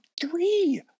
three